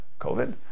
COVID